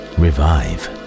revive